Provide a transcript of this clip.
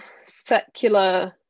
secular